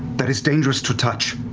that is dangerous to touch.